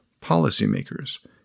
Policymakers